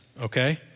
okay